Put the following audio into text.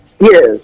yes